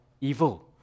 evil